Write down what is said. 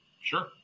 sure